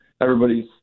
everybody's